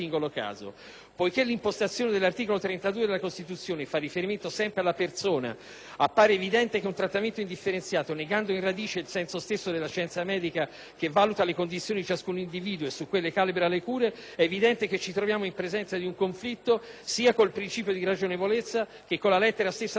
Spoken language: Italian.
Poiché l'impostazione dell'articolo 32 della Costituzione fa riferimento sempre alla persona, appare evidente che dinnanzi ad un trattamento indifferenziato che nega in radice il senso stesso della scienza medica, che valuta le condizioni di ciascun individuo e su quelle calibra le cure, ci troviamo in presenza di un conflitto sia col principio di ragionevolezza che con la lettera stessa della Costituzione.